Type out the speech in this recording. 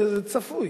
זה צפוי.